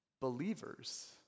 Believers